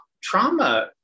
trauma